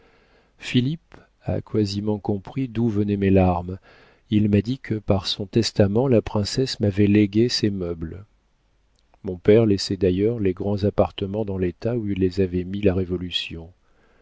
a quasiment compris d'où venaient mes larmes il m'a dit que par son testament la princesse m'avait légué ses meubles mon père laissait d'ailleurs les grands appartements dans l'état où les avait mis la révolution